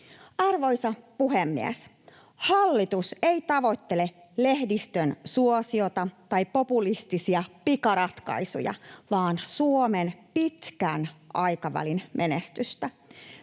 Arvoisa puhemies! Hallitus ei tavoittele lehdistön suosiota tai populistisia pikaratkaisuja, vaan Suomen pitkän aikavälin menestystä.